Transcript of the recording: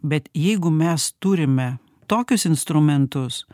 bet jeigu mes turime tokius instrumentus